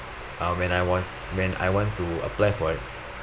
uh when I was when I want to apply for